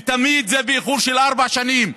ותמיד זה באיחור של ארבע שנים,